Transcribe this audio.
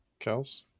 Kels